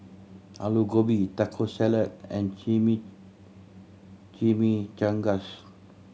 Alu Gobi Taco Salad and Chimi Chimichangas